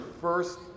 first